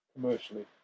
commercially